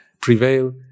prevail